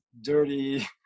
dirty